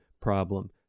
problem